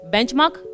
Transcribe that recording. Benchmark